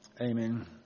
Amen